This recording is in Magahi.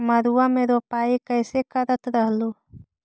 मड़उआ की रोपाई कैसे करत रहलू?